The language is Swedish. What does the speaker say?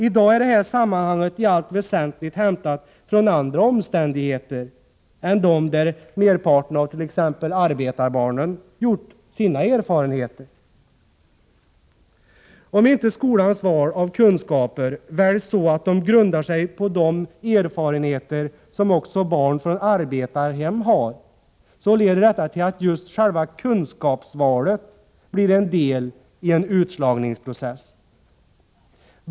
I dag är detta sammanhang i allt väsentligt hämtat från andra omständigheter än dem där merparten av t.ex. arbetarbarnen gjort sina erfarenheter. Om inte skolans val av kunskaper väljs så, att de grundar sig på de erfarenheter som också barn från arbetarhem har, leder detta till att just själva kunskapsvalet blir en del i en utslagningsprocess.